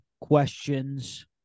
questions